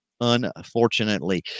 unfortunately